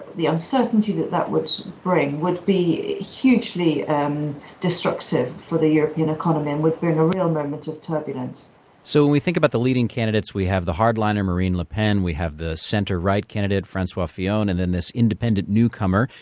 the uncertainty that that would bring would be hugely um destructive for the european economy and would bring a real moment of turbulence so when we think about the leading candidates, we have the hard-liner marine le pen we have the center-right candidate francois fillon and then this independent newcomer,